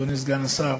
אדוני סגן השר,